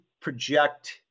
project